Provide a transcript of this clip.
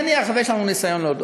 נניח שיש לנו ניסיון לא טוב,